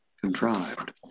contrived